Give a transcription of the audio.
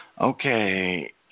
Okay